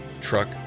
truck